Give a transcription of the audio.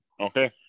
okay